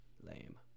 Lame